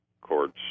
courts